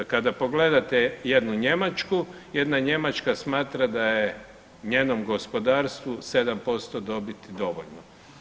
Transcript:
Kada pogledate jednu Njemačku, jedna Njemačka smatra da je njenom gospodarstvu 7% dobiti dovoljno.